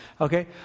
okay